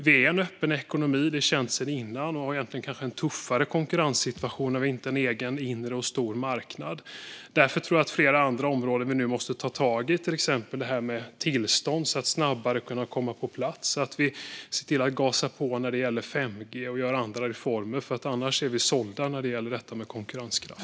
Vi är en öppen ekonomi - det är känt sedan innan - och har egentligen kanske en tuffare konkurrenssituation då vi inte har en egen inre och stor marknad. Därför tror jag att det är flera andra områden som vi nu måste ta tag i, till exempel tillstånd för att saker snabbare ska kunna komma på plats. Vi måste gasa på när det gäller 5G och göra andra reformer, för annars är vi sålda när det gäller konkurrenskraft.